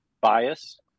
bias